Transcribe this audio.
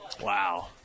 Wow